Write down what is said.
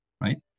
right